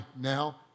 now